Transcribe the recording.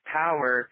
power